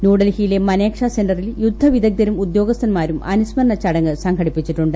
ന്യൂദൽഹിയിലെ മനേക്ഷാ സെന്ററിൽ യുദ്ധ വിദഗ്ധരും ഉദ്യോഗസ്ഥന്മാരും അനുസ്മരണ ചടങ്ങ് സംഘടിപ്പിച്ചിട്ടുണ്ട്